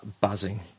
buzzing